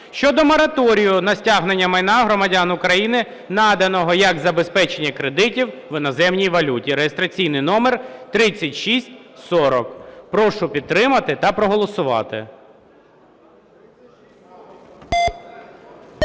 щодо мораторію на стягнення майна громадян України, наданого як забезпечення кредитів в іноземній валюті (реєстраційний номер 3640). Прошу підтримати та проголосувати.